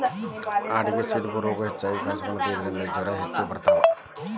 ಆಡಿಗೆ ಸಿಡುಬು ರೋಗಾ ಹೆಚಗಿ ಕಾಣಿಸಕೊತತಿ ಇದರಿಂದ ಜ್ವರಾ ಹೆಚ್ಚ ಬರತಾವ